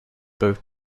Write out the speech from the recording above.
both